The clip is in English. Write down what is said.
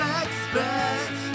expect